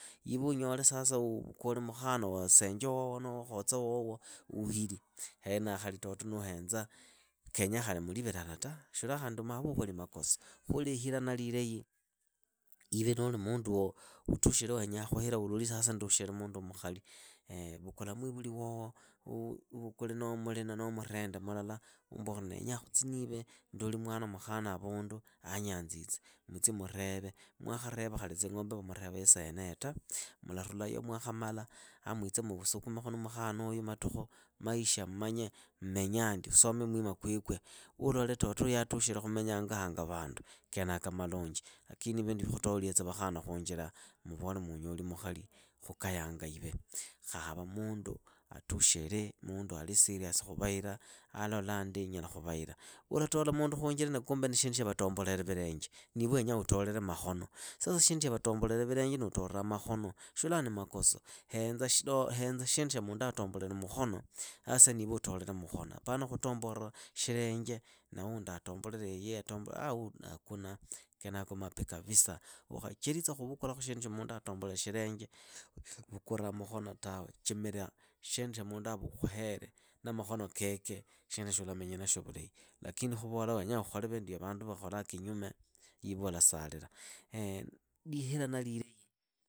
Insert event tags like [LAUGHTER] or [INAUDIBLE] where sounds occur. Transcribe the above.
Iwe unyole uvukule mukhana wa senje wowo noho wa khotsa wowo uhili, henaho khali nuhenza kenyaa khali muli vilala ta, shiulaa mmaambe muukholi makoso. Khu lihilana lilahi, iwe nuuli mundu utukhi wenyaa khuhila uloli sasa ndukhi mundu mukhali, vukula meivuli wowo, uuvukule na wa mulina na wa murende mulala umbole ndoli mwana havundu anyannzitse, mutsi mureve, mwakhareva khali tsing'ombe vamureva isa yeneyo ta, mularulayo mwakhamala mwitse musukumekhu na mukhanuyu matukhu, maisha mmanye mmenyaa ndi, usome mwima kwekwe, uulole huyu atukhile khumenya hango hanga vandu, kenaka malunji. Lakini vindu vya khutolekhitsa vakhana khunjila, muvole munyoli mukhali, khukayanga ive. Khava mundu atushire, mundu ali serious khuvahila, alolaa nyala khuvahira. Ulatola mundu khunjira na kumbe ni shindu shya vatombolele vilenje iwe wenyaa utolele makhono. Sasa shindu shia vatombolele vilenje nuutolaa makhono, shulaa ni makoso, henza shindu shya mundu atombolele mukhono sasa niive utolele mukhono. apana khutomboraa shilenje na wundi atomboreiyi hakuna, kenako mapi kapisa, ukhacheritsa khuvukulakhu shindu shya mundu atombolele shilenje, uvukuraa mukhono tawe, chimira shindu shya mundu akhuhere na makhono keke, shinduesho ulamenya nashyo vulahi, lakini nuuvola wenyaa ukhole vindu vya vandu vakholaa kinyume ive ulasalila. [HESITATION] lihilana lilahi